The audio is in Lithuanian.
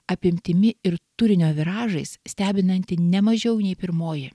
apimtimi ir turinio viražais stebinanti nemažiau nei pirmoji